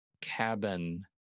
Cabin